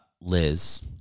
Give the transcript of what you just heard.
Liz